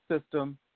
system